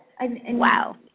Wow